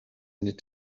need